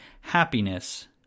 happiness